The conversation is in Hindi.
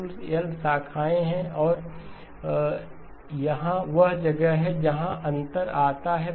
कुल L शाखाएँ हैं और यहाँ वह जगह है जहाँ अंतर आता है